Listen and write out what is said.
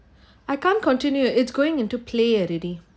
I can't continue it's going into play already